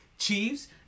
Chiefs